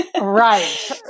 Right